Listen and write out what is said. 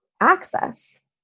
access